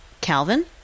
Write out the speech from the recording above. Calvin